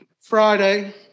Friday